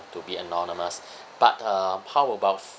to be anonymous but uh how about